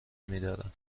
میدارم